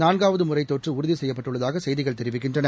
நான்காவதுமுறைதொற்றுஉறுதிசெய்யப்பட்டுள்ளதாகசெய்திகள் தெரிவிக்கின்றன